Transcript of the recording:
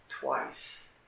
twice